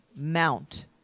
mount